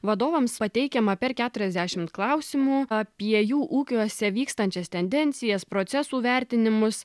vadovams pateikiama per keturiasdešimt klausimų apie jų ūkiuose vykstančias tendencijas procesų vertinimus